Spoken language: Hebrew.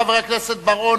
חבר הכנסת בר-און,